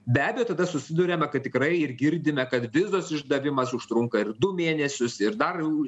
be abejo tada susiduriame kad tikrai ir girdime kad vizos išdavimas užtrunka ir du mėnesius ir dar